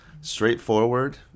straightforward